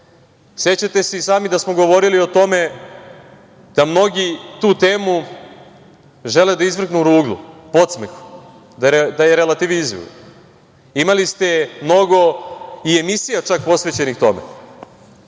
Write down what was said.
sećate se i sami da smo govorili o tome da mnogi tu temu žele da izvrgnu ruglu, podsmehu, da je revitalizuju. Imali ste mnogo i emisija posvećenih tome,